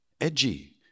edgy